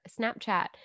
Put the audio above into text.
Snapchat